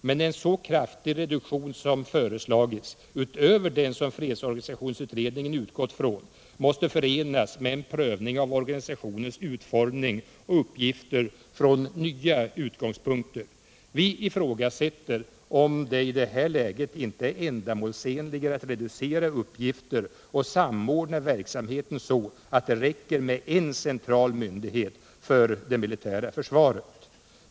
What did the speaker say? Men en så kraftig reduktion som föreslagits, utöver den som fredsorganisationsutredningen utgått från, måste förenas med en prövning av organisationens utformning och uppgifter från den nya utgångspunkten. Vi ifrågasätter om det i det här läget inte är ändamålsenligare att reducera uppgifter och samordna verksamhet så, att det räcker med en central myndighet för det militära försvaret.